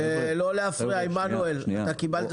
לא להפריע עמנואל, אתה קיבלת זכות דיבור.